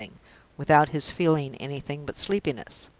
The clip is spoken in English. without his feeling anything but sleepiness.